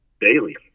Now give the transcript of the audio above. daily